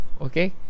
okay